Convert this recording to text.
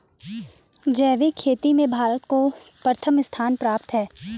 जैविक खेती में भारत को प्रथम स्थान प्राप्त है